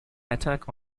attack